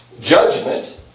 judgment